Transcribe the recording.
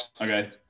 okay